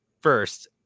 first